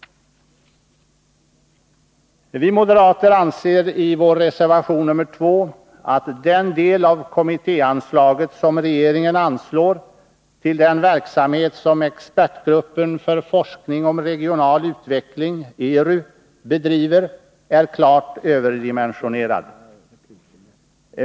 Vi moderater anser i vår reservation 2 att den del av kommittéanslaget som regeringen anslår till den verksamhet som expertgruppen för forskning om regional utveckling bedriver är klart överdimensionerad.